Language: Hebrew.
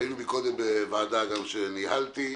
היינו קודם בוועדה שניהלתי.